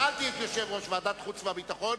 יושב-ראש ועדת החוץ והביטחון,